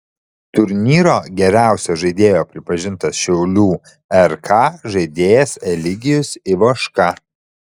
turnyro geriausio žaidėjo pripažintas šiaulių rk žaidėjas eligijus ivoška